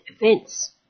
events